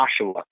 Joshua